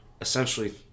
Essentially